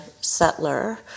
settler